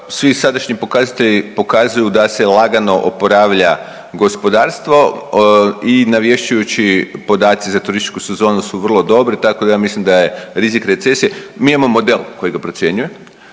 svi sadašnji pokazatelji pokazuju da se lagano oporavlja gospodarstvo i navješćujući podaci za turističku sezonu su vrlo dobri, tako da ja mislim da je rizik recesije, mi imamo model koji ga procjenjuje,